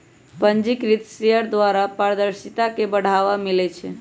पंजीकृत शेयर द्वारा पारदर्शिता के बढ़ाबा मिलइ छै